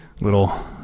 little